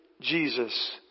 jesus